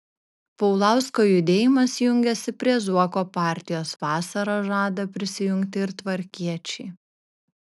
paulausko judėjimas jungiasi prie zuoko partijos vasarą žada prisijungti ir tvarkiečiai